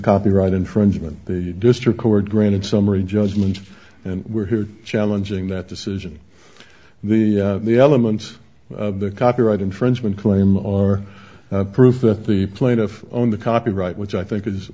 copyright infringement the district court granted summary judgment and we're here challenging that decision the elements of the copyright infringement claim are proof that the plaintiff own the copyright which i think is